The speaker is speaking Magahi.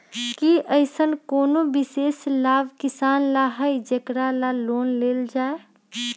कि अईसन कोनो विशेष लाभ किसान ला हई जेकरा ला लोन लेल जाए?